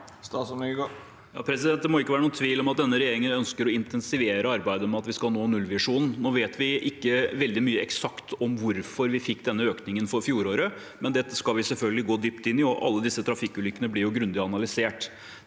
Det må ikke være noen tvil om at denne regjeringen ønsker å intensivere arbeidet med at vi skal nå nullvisjonen. Nå vet vi ikke veldig mye eksakt om hvorfor vi fikk denne økningen for fjoråret, men det skal vi selvfølgelig gå dypt inn i, og alle disse trafikkulykkene blir grundig analysert.